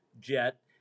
jet